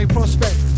Prospect